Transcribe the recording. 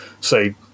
say